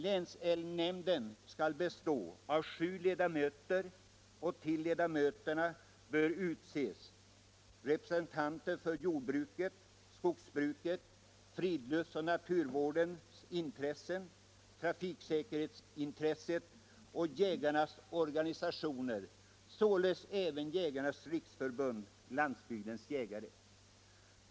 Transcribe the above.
Länsälgnämnden skall bestå av sju ledamöter, och till ledamöter bör utses representanter för jordbruket, skogsbruket, friluftsoch naturvårdsintressena, trafiksäkerhetsverket och jägarnas organisationer — således även Jägarnas riksförbund-Landsbygdens jägare.